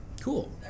cool